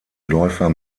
läufer